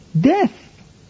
Death